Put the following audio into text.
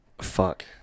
Fuck